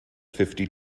fifty